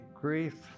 grief